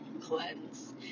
cleanse